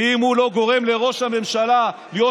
ואם הוא לא גורם לראש הממשלה להיות